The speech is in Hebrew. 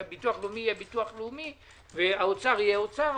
שהביטוח הלאומי יהיה ביטוח לאומי והאוצר יהיה אוצר,